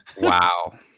Wow